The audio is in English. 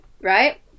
Right